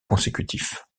consécutifs